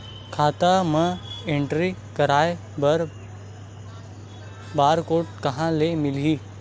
खाता म एंट्री कराय बर बार कोड कहां ले मिलही?